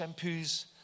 shampoos